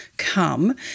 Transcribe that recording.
Come